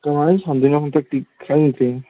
ꯀꯃꯥꯏꯅ ꯁꯥꯟꯅꯗꯣꯏꯅꯣ ꯍꯟꯗꯛꯇꯤ ꯈꯪꯗꯦ